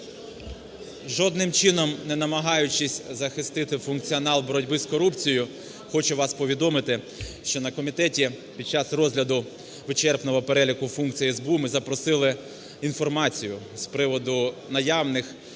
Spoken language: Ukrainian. Жодним чином не намагаючись захисти функціонал боротьби з корупцією, хочу вас повідомити, що на комітеті під час розгляду вичерпного переліку функцій СБУ ми запросили інформацію з приводу наявних